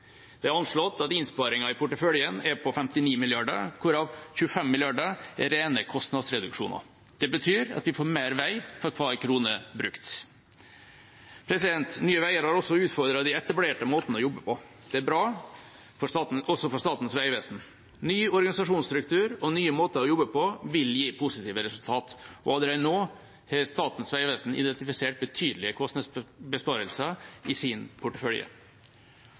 Det er anslått at innsparingen i porteføljen er på 59 mrd. kr, hvorav 25 mrd. kr er rene kostnadsreduksjoner. Det betyr at vi får mer vei for hver krone brukt. Nye Veier har også utfordret de etablerte måtene å jobbe på. Det er bra også for Statens vegvesen. Ny organisasjonsstruktur og nye måter å jobbe på vil gi positive resultat, og allerede nå har Statens vegvesen identifisert betydelige kostnadsbesparelser i sin portefølje.